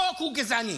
הוא גזעני.